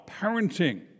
parenting